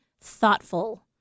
thoughtful